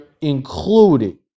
included